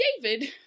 David